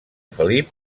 felip